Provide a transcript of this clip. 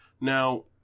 Now